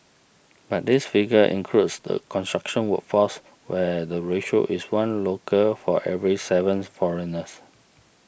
but this figure includes the construction workforce where the ratio is one local for every sevens foreigners